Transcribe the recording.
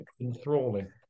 enthralling